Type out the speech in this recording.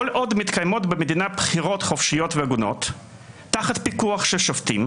כל עוד מתקיימות במדינה בחירות חופשיות והגונות תחת פיקוח של שופטים,